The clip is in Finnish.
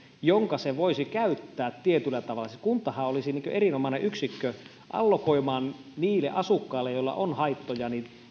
jonka se voisi käyttää tietyllä tavalla siis kuntahan olisi erinomainen yksikkö allokoimaan niille asukkaille joilla on haittoja